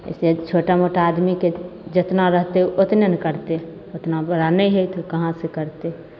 एहि से छोटा मोटा आदमीके जतना रहतै ओतने ने करतै ओतना बड़ा नहि हय तऽ कहाँ से करतै